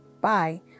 Bye